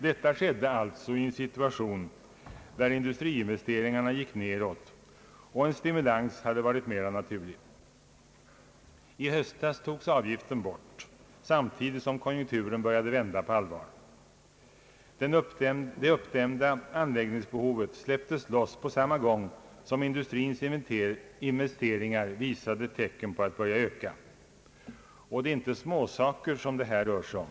Detta skedde alltså i en situation där industriinvesteringarna gick nedåt och en stimulans hade varit mera naturlig. I höstas togs avgiften bort, samtidigt som konjunkturen började vända på allvar. Det uppdämda anläggningsbehovet släppte loss på samma gång som industrins investeringar visade tecken på att börja öka. Och det är inte småsaker som det här rör sig om.